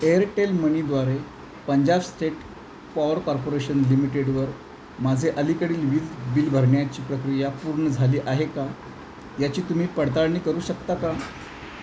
Airtel मनीद्वारे Punjab state power corporation लिमिटेडवर माझे अलीकडील वीज बिल भरण्याची प्रक्रिया पूर्ण झाली आहे का याची तुम्ही पडताळणी करू शकता का